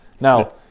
Now